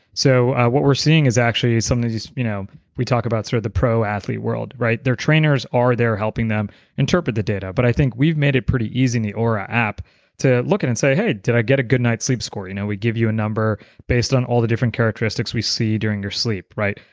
so, what we're seeing is actually something that you know we talk about, sort of the pro athlete world, right? their trainers are there helping them interpret the data, but i think we've made it pretty easy in the oura app to look at and say, hey, did i get a good night's sleep score? you know we give you a number based on all the different characteristics we see during your sleep, right?